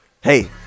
hey